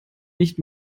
nicht